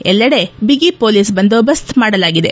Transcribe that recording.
ಎಲ್ಲೆಡೆ ಬಿಗಿ ಪೊಲೀಸ್ ಬಂದೋಬಸ್ತ್ ಮಾಡಲಾಗಿದೆ